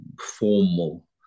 formal